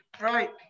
Right